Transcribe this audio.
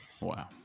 wow